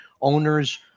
owners